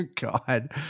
God